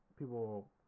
People